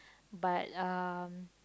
but um